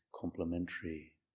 complementary